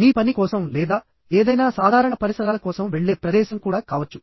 మీ పని కోసం లేదా ఏదైనా సాధారణ పరిసరాల కోసం వెళ్లే ప్రదేశం కూడా కావచ్చు